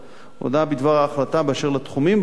הודעה בדבר ההחלטה באשר לתחומים שבהם ייפתחו